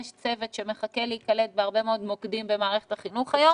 יש צוות שמחכה להיקלט בהרבה מאוד מוקדים במערכת החינוך היום,